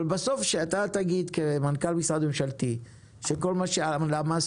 אבל בסוף שאתה תגיד כמנכ"ל משרד ממשלתי שכל מה שהלמ"ס